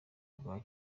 rwa